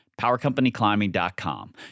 PowerCompanyClimbing.com